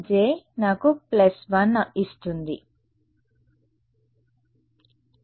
విద్యార్థి ప్లస్ 1